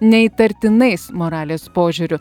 neįtartinais moralės požiūriu